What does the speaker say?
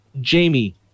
Jamie